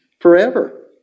forever